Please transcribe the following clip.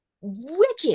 wicked